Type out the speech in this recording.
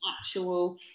actual